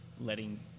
letting